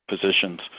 positions